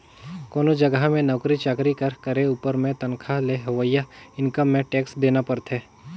कोनो जगहा में नउकरी चाकरी कर करे उपर में तनखा ले होवइया इनकम में टेक्स देना परथे